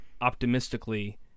optimistically